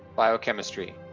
biochemistry.